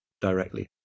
directly